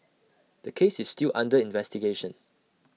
the case is still under investigation